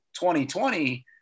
2020